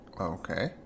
Okay